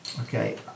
Okay